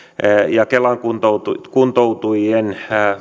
ja kelan kuntoutujien